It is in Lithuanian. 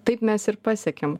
taip mes ir pasiekėm